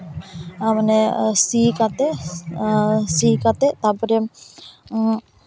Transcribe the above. ᱢᱟᱱᱮ ᱥᱤ ᱠᱟᱛᱮᱫ ᱥᱤ ᱠᱟᱛᱮᱫ ᱛᱟᱨᱯᱚᱨᱮ